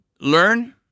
learn